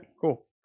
cool